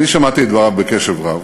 אני שמעתי את דבריו בקשב רב,